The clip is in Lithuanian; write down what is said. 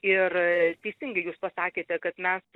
ir teisingai jūs pasakėte kad mes